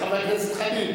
חוק ומשפט נתקבלה.